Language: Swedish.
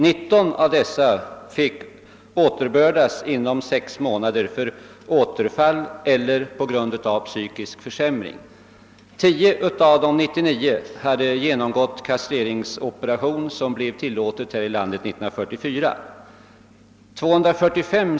19 av dessa fick återintagas inom sex månader på grund av återfall eller psykisk försämring. Av de 99 hade 10 genomgått kastreringsoperation, vilket blev tillåtet här i landet år 1944.